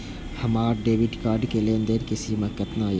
हमार debit card के लेन देन के सीमा केतना ये?